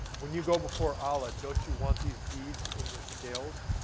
when you go before allah, don't you want these deeds in your scales?